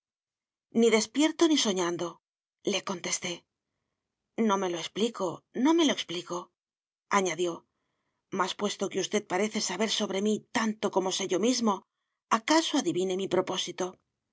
ni despierto ni soñandole contesté no me lo explico no me lo explicoañadió mas puesto que usted parece saber sobre mí tanto como sé yo mismo acaso adivine mi propósito